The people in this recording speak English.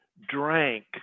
drank